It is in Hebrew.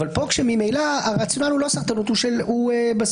אבל פה הרציונל הוא של סרבול.